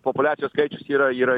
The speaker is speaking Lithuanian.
populiacijos skaičius yra yra